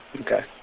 Okay